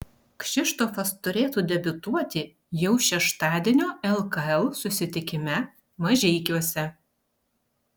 kšištofas turėtų debiutuoti jau šeštadienio lkl susitikime mažeikiuose